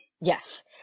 Yes